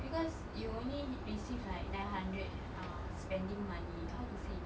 because you only receive like nine hundred ah spending money how to save